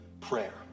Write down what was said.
prayer